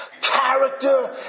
Character